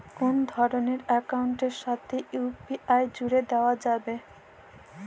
কোন ধরণের অ্যাকাউন্টের সাথে ইউ.পি.আই জুড়ে দেওয়া যাবে?